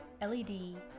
LED